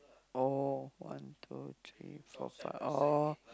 oh one two three four five oh